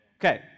Okay